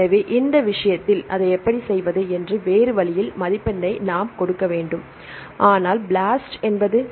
எனவே இந்த விஷயத்தில் அதை எப்படி செய்வது என்று வேறு வழியில் மதிப்பெண்ணை நாம் கொடுக்க வேண்டும் ஆனால் ப்ளாஸ்ட் என்பது